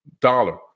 dollar